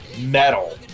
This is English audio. metal